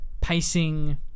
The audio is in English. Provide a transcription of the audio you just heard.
pacing